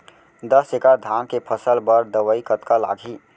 दस एकड़ धान के फसल बर दवई कतका लागही?